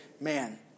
man